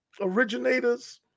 originators